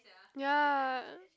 ya